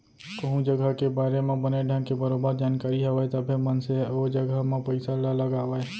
कोहूँ जघा के बारे म बने ढंग के बरोबर जानकारी हवय तभे मनसे ह ओ जघा म पइसा ल लगावय